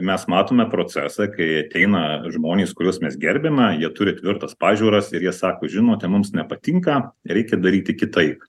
mes matome procesą kai ateina žmonės kuriuos mes gerbiame jie turi tvirtas pažiūras ir jie sako žinote mums nepatinka reikia daryti kitaip